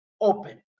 open